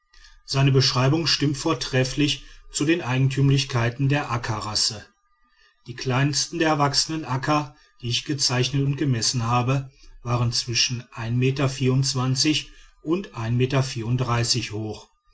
seine beschreibung stimmt vortrefflich zu den eigentümlichkeiten der akkarasse die kleinsten der erwachsenen akka die ich gezeichnet und gemessen habe waren zwischen und meter hoch